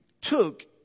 took